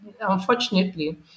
unfortunately